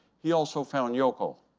he also found yoco.